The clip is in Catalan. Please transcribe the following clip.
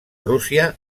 rússia